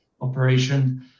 operation